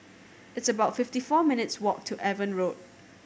it's about fifty four minutes' walk to Avon Road